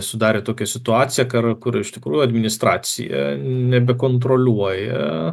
sudarė tokią situaciją kar kur iš tikrųjų administracija nebekontroliuoja